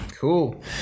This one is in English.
cool